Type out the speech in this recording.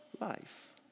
life